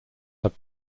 have